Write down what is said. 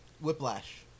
Whiplash